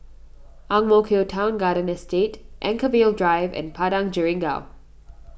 Ang Mo Kio Town Garden estate Anchorvale Drive and Padang Jeringau